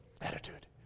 Attitude